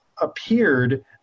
appeared